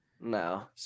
No